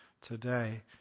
today